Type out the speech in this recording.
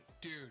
dude